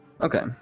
Okay